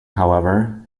however